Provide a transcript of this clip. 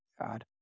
God